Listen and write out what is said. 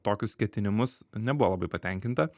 tokius ketinimus nebuvo labai patenkinta